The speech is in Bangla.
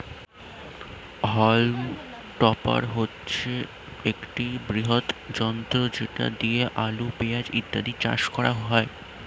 হল্ম টপার হচ্ছে একটি বৃহৎ যন্ত্র যেটা দিয়ে আলু, পেঁয়াজ ইত্যাদি চাষ করা হয়